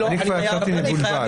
אני לא --- אני כבר יצאתי מבולבל.